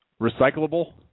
Recyclable